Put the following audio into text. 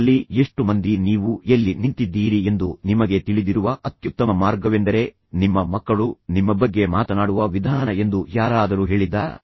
ನಿಮ್ಮಲ್ಲಿ ಎಷ್ಟು ಮಂದಿ ನೀವು ಎಲ್ಲಿ ನಿಂತಿದ್ದೀರಿ ಎಂದು ನಿಮಗೆ ತಿಳಿದಿರುವ ಅತ್ಯುತ್ತಮ ಮಾರ್ಗವೆಂದರೆ ನಿಮ್ಮ ಮಕ್ಕಳು ನಿಮ್ಮ ಬಗ್ಗೆ ಮಾತನಾಡುವ ವಿಧಾನ ಎಂದು ಯಾರಾದರೂ ಹೇಳಿದ್ದಾರ